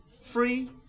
Free